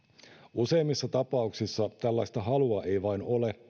useimmissa tapauksissa tällaista halua ei vain ole